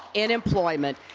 in employment,